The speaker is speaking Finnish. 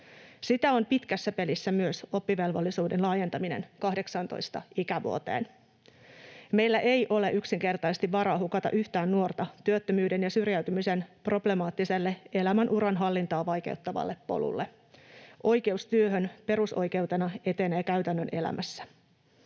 Sitä on pitkässä pelissä myös oppivelvollisuuden laajentaminen 18 ikävuoteen. Meillä ei ole yksinkertaisesti varaa hukata yhtään nuorta työttömyyden ja syrjäytymisen problemaattiselle, elämänuran hallintaa vaikeuttavalle polulle. Oikeus työhön perusoikeutena etenee käytännön elämässä.